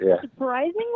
Surprisingly